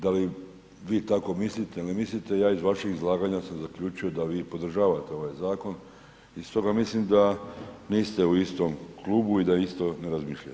Da li vi tako mislite ili ne mislite, ja iz vašeg izlaganja sam zaključio da vi podržavate ovaj zakon i stoga mislim da niste u istom klubu i da isto ne razmišljate.